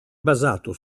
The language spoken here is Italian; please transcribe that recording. basato